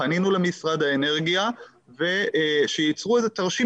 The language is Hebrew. פנינו למשרד האנרגיה שייצרו איזה תרשים